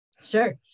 Sure